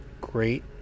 great